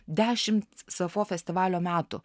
dešimt sapfo festivalio metų